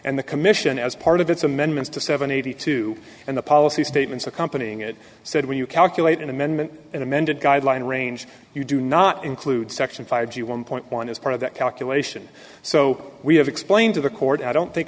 and the commission as part of its amendments to seven eighty two and the policy statements accompanying it said when you calculate an amendment an amended guideline range you do not include section five to one point one as part of that calculation so we have explained to the court i don't think